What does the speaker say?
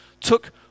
took